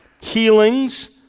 healings